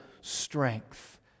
strength